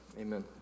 Amen